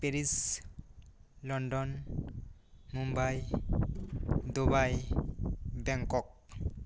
Paris London Mumbai Dubai Bangkok